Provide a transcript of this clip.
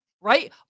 Right